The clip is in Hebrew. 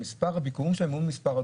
מספר הביקורים שלהם מול מספר הדוחות,